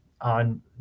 on